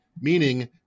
Meaning